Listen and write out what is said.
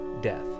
death